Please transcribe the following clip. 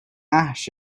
ash